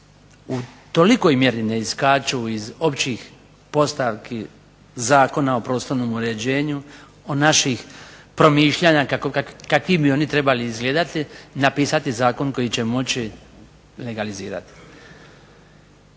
u tolikoj mjeri ne iskaču iz općih postavki Zakona o prostornom uređenju o naših promišljanja kakvim bi oni trebali izgledati napisati zakon koji će moći legalizirati.